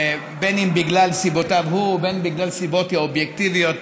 בין אם בגלל סיבותיו הוא ובין בגלל סיבות אובייקטיביות,